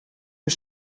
een